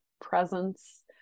presence